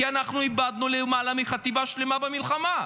כי אנחנו איבדנו למעלה מחטיבה שלמה במלחמה,